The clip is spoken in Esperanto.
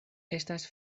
estas